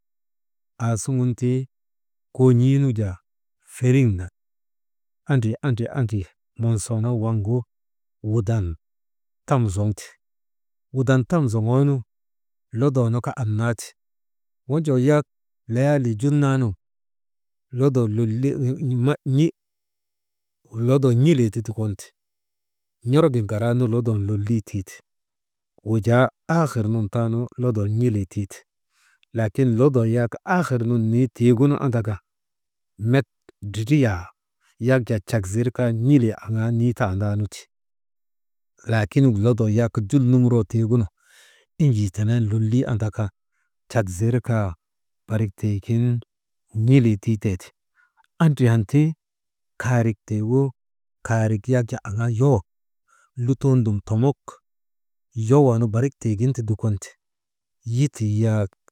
Aasuŋun ti koon̰ii nu jaa feriŋ nak, andri, andri, andri, monsoonoo waŋgu, wudan tam zoŋte, wudan tam zoŋoonu lodoo nu kaa annaati wonjoo yak layaalii jul naa nun «hesitation» lodoo n̰ilii ti dukonte, n̰orogin garaanu lodon lolii tii te wujaa aahir garaanu lodoo n̰ilii tii te, laakin lodoo yak aahir nun nii tiigunu andaka met ndrdriyaa yak jaa cek zirkaa, n̰ilii aŋaa niitandaanu ti. Laakin lodoo yak jul nuŋuroo tiigunu enjii tenen lolii andaka, cak zirkaa barik tiigin n̰ilii tii te. Andriyan ti kaarik tiigu kaarik yak a aŋaa yowok lutoo nu dum tomok yowoo nu tiigin ti dukonte.